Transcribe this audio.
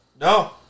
No